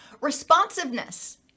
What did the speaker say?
responsiveness